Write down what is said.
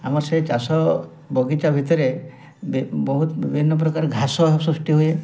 ଆମର ସେଇ ଚାଷ ବଗିଚା ଭିତରେ ବହୁତ ବିଭିନ୍ନ ପ୍ରକାର ଘାସ ସୃଷ୍ଟି ହୁଏ